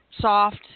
soft